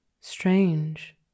Strange